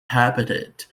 habitat